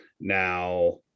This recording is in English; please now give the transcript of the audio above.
Now